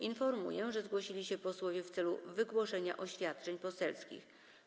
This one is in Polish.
Informuję, że zgłosili się posłowie w celu wygłoszenia oświadczeń poselskich.